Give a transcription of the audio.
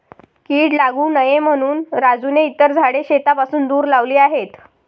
कीड लागू नये म्हणून राजूने इतर झाडे शेतापासून दूर लावली आहेत